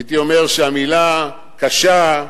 הייתי אומר שהמלה "קשה"